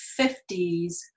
1950s